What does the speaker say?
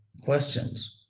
questions